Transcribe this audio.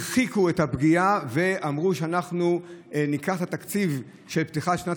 הרחיקו את הפגיעה ואמרו: אנחנו ניקח את התקציב של פתיחת שנת